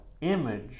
image